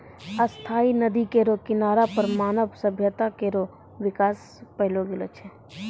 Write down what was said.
स्थायी नदी केरो किनारा पर मानव सभ्यता केरो बिकास पैलो गेलो छै